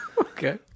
Okay